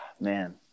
man